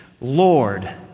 Lord